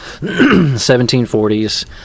1740s